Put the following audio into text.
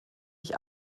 ich